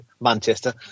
Manchester